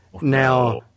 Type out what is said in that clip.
now